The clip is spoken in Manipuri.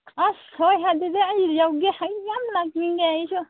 ꯑꯁ ꯑꯗꯨꯗꯤ ꯑꯩ ꯌꯥꯎꯒꯦ ꯑꯩ ꯌꯥꯝ ꯂꯥꯛꯅꯤꯡꯉꯦ ꯑꯩꯁꯨ